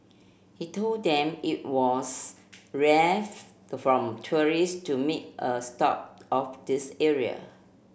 he told them it was rare from tourists to make a stop of this area